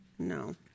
No